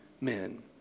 men